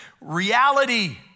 reality